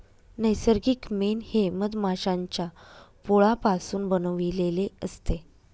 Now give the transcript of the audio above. नैसर्गिक मेण हे मधमाश्यांच्या पोळापासून बनविलेले असते